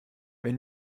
wer